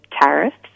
tariffs